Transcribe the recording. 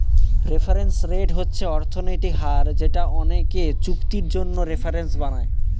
reference rate হচ্ছে অর্থনৈতিক হার যেটা অনেকে চুক্তির জন্য রেফারেন্স বানায়